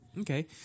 Okay